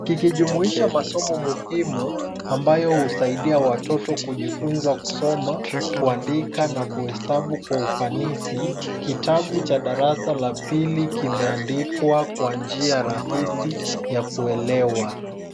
Kikijumuisha masomo muhimu ambayo husaidia watoto kujifunza kusoma, kuandika na kuhesabu kwa ufanisi, kitabu cha darasa la pili kimeandikwa kwa njia rahisi ya kuelewa.